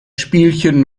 spielchen